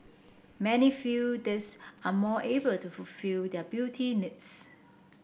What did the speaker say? many feel these are more able to fulfil their beauty needs